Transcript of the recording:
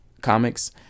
comics